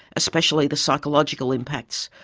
especially the psychological impacts,